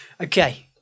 Okay